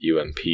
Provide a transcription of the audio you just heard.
UMP